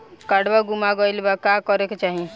काडवा गुमा गइला पर का करेके चाहीं?